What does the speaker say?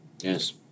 Yes